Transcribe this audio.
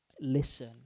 listen